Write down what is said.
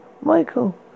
Michael